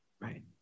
Right